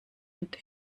und